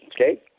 okay